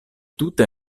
tute